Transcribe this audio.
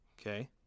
Okay